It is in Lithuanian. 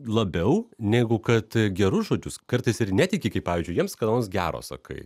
labiau negu kad gerus žodžius kartais ir netiki kai pavyzdžiui jiems ką nors gero sakai